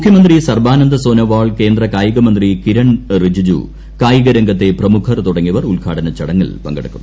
മുഖ്യമന്ത്രി സർബാനന്ദ സോനോവാൾ കേന്ദ്ര കായികമന്ത്രി കിരൺ റിജിജു കായിക രംഗത്തെ പ്രമുഖർ തുടങ്ങീയവർ ഉദ്ഘാടന ചടങ്ങിൽ പങ്കെടുക്കും